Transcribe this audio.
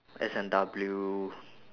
S&W